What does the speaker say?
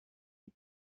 die